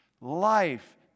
Life